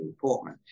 Portman